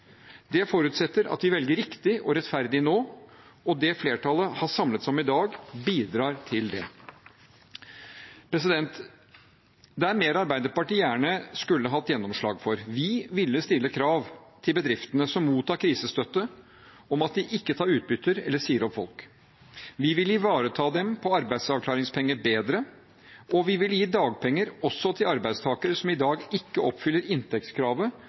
flertallet har samlet seg om i dag, bidrar til det. Det er mer Arbeiderpartiet gjerne skulle hatt gjennomslag for. Vi ville stille krav til bedriftene som mottar krisestøtte, om at de ikke tar utbytter eller sier opp folk. Vi ville ivareta dem på arbeidsavklaringspenger bedre, og vi ville gi dagpenger også til arbeidstakere som i dag ikke oppfyller inntektskravet